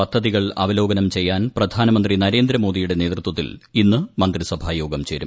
പദ്ധതികൾ അവലോകനം ചെയ്യാൻ പ്രധാനമന്ത്രി നരേന്ദ്രമോദിയുടെ നേതൃത്വത്തിൽ ഇന്ന് മന്ത്രിസഭായോഗം ചേരും